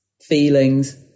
feelings